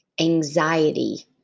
Anxiety